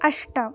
अष्ट